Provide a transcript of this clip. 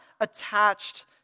attached